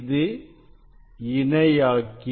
இது இணையாக்கி